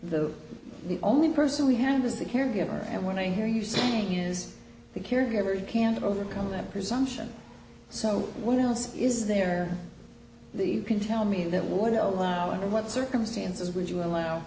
the only person we hand as the caregiver and when i hear you saying is the caregiver you can't overcome that presumption so what else is there you can tell me that would allow under what circumstances would you allow